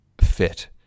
fit